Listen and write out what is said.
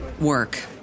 work